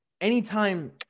Anytime